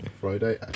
Friday